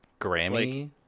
Grammy